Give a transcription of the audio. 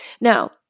Now